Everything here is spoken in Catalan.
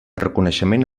reconeixement